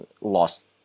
lost